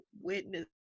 witness